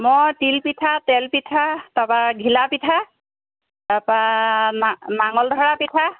মই তিল পিঠা তেল পিঠা তাৰপৰা ঘিলা পিঠা তাৰপৰা না নাঙল ধৰা পিঠা